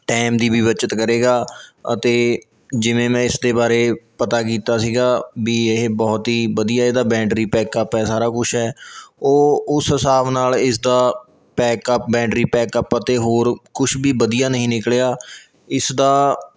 time ਦੀ ਵੀ ਬੱਚਤ ਕਰੇਗਾ ਅਤੇ ਜਿਵੇਂ ਮੈਂ ਇਸ ਦੇ ਬਾਰੇ ਪਤਾ ਕੀਤਾ ਸੀਗਾ ਵੀ ਇਹ ਬਹੁਤ ਹੀ ਵਧੀਆ ਇਹਦਾ ਬੈਟਰੀ ਪੈਕਅੱਪ ਹੈ ਸਾਰਾ ਕੁਛ ਹੈ ਉਹ ਉਸ ਹਿਸਾਬ ਨਾਲ ਇਸਦਾ ਪੈਕਅੱਪ ਬੈਟਰੀ ਪੈਕਅੱਪ ਅਤੇ ਹੋਰ ਕੁਛ ਵੀ ਵਧੀਆ ਨਹੀਂ ਨਿਕਲਿਆ ਇਸ ਦਾ